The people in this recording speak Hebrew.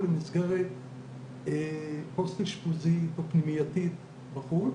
למסגרת פוסט אשפוזית או פנימייתית בחוץ,